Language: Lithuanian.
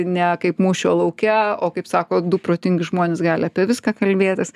ne kaip mūšio lauke o kaip sako du protingi žmonės gali apie viską kalbėtis